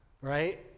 Right